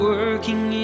Working